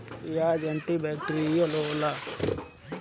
पियाज antibacterial होला